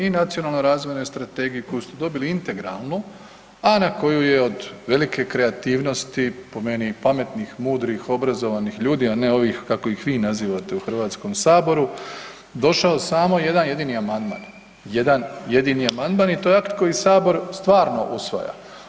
I u Nacionalnoj razvojnoj strategiji koju ste dobili integralnu a na koju je od velike kreativnosti po meni pametnih, mudrih, obrazovanih ljudi a ne ovih kako ih vi nazivate u Hrvatskom saboru, došao samo jedan jedini amandman, jedan jedini amandman i to je akt koji Sabor stvarno usvaja.